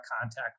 contact